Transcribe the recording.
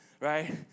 right